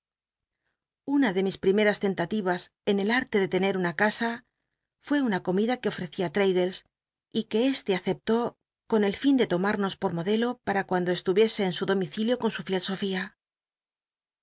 na de mis ptimcras tentatims en el arte de tener una casa fué una comida c uc ofrecí í traddles y que este aceptó con el fin de tomarnos por modelo para tuando estuviese en su domicilio con su fiel